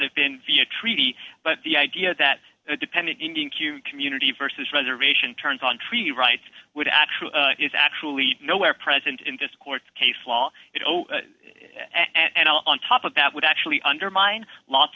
have been via treaty but the idea that it depended in being cute community versus reservation turns on treaty rights would actually it's actually nowhere present in this court case law and on top of that would actually undermine lots